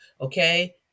okay